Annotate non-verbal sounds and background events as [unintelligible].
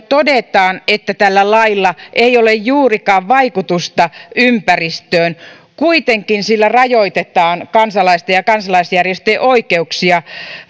[unintelligible] todetaan että tällä lailla ei ole juurikaan vaikutusta ympäristöön kuitenkin sillä rajoitetaan kansalaisten ja kansalaisjärjestöjen oikeuksia